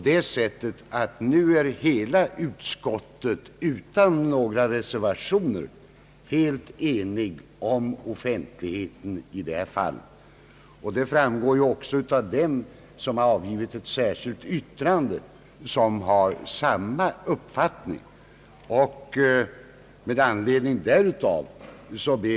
Nu är nämligen hela utskottet utan några reservationer helt ense om offentlighet i det här fallet. även de som avgivit ett särskilt yttrande har samma uppfattning.